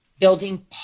building